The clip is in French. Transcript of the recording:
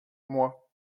moi